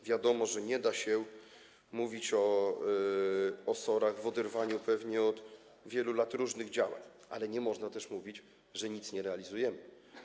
Wiadomo, że nie da się mówić o SOR-ach w oderwaniu od wielu lat różnych działań, ale nie można też mówić, że nic nie realizujemy.